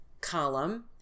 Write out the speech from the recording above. column